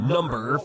Number